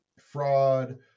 fraud